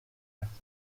essex